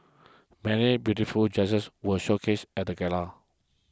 many beautiful dresses were showcased at the gala